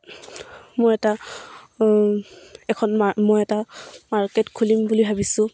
মোৰ এটা এখন মই এটা মাৰ্কেট খুলিম বুলি ভাবিছোঁ